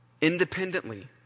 independently